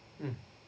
mmhmm